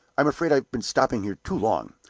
i'm afraid i've been stopping here too long.